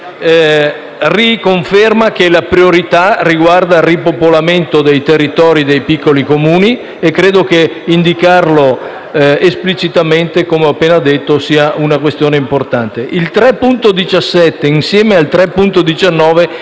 riconferma che la priorità riguarda il ripopolamento dei territori dei piccoli Comuni e credo che indicarlo esplicitamente, come ho appena detto, sia una questione importante. L'emendamento 3.17,